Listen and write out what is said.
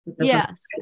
Yes